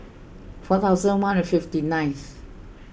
four thousand one hundred and fifty nineth